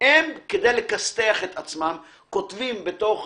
הם כדי לכסת"ח את עצמם כותבים בתוך